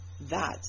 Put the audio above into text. That